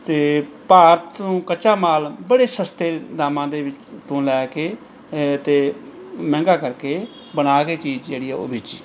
ਅਤੇ ਭਾਰਤ ਤੋਂ ਕੱਚਾ ਮਾਲ ਬੜੇ ਸਸਤੇ ਦਾਮਾਂ ਦੇ ਵਿੱ ਤੋਂ ਲੈ ਕੇ ਅਤੇ ਮਹਿੰਗਾ ਕਰਕੇ ਬਣਾ ਕੇ ਚੀਜ਼ ਜਿਹੜੀ ਆ ਉਹ ਵੇਚੀ